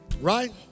Right